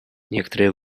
некоторое